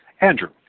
Andrew